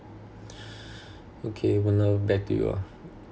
okay back to you ah